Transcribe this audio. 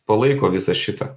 palaiko visą šitą